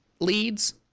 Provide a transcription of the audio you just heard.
leads